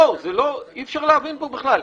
אי-אפשר להבין פה בכלל.